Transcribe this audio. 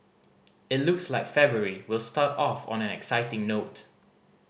it looks like February will start off on an exciting note